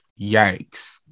Yikes